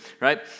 right